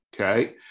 okay